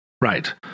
Right